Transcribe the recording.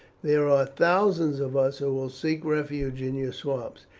there are thousands of us who will seek refuge in your swamps.